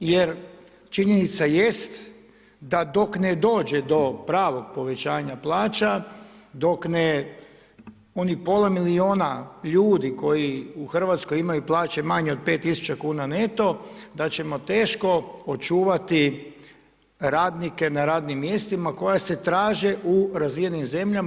Jer, činjenica jest da dok ne dođe do pravog povećanja plaća, dok ne onih pola milijuna ljudi koji u Hrvatskoj imaju plaće manje od 5 tisuća kuna neto da ćemo teško očuvati radnike na radnim mjestima koja se traže u razvijenim zemljama.